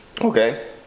Okay